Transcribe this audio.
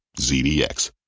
ZDX